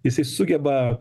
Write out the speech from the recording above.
jisai sugeba